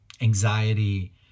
anxiety